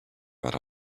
but